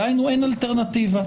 דהיינו, אין אלטרנטיבה.